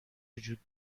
وجود